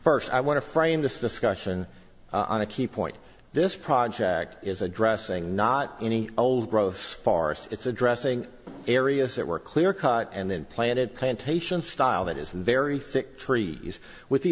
first i want to frame this discussion on a key point this project is addressing not any old growth forest it's addressing areas that were clear cut and then planted plantation style that is very thick trees with the